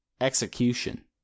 Execution